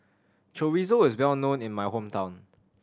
chorizo is well known in my hometown